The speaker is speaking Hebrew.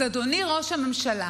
אז אדוני ראש הממשלה,